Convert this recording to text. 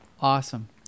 Awesome